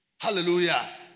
Hallelujah